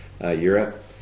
Europe